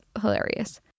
Hilarious